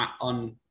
on